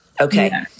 Okay